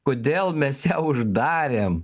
kodėl mes ją uždarėm